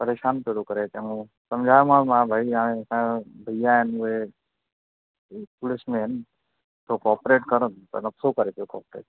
परेशानु पियो थो करे चङो समुझायोसि मां भई हाणे असांजा भैया आहिनि उहे पुलिस में आहिनि थोरो कोपरेट करनि त नथो करे पियो कोपरेट